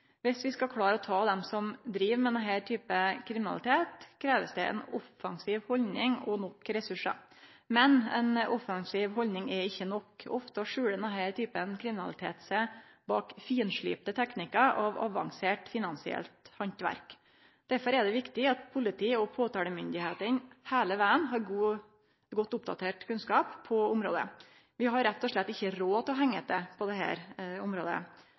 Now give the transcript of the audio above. Viss vi skal klare å ta dei som driv med denne typen kriminalitet, krevst det ei offensiv haldning og nok ressursar. Men ei offensiv haldning er ikkje nok. Ofte skjuler denne typen kriminalitet seg bak finslipte teknikkar av avansert finansielt handverk. Derfor er det viktig at politiet og påtalemakta heile vegen har god, oppdatert kunnskap på området. Vi har rett og slett ikkje råd til å henge etter på dette området. Derfor er det